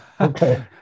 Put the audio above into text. Okay